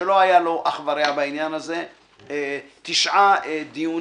שלא היה לו אח ורע בעניין הזה - תשעה דיונים.